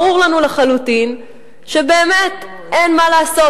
ברור לנו לחלוטין שבאמת אין מה לעשות.